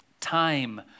time